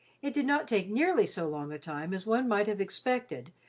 it did not take nearly so long a time as one might have expected,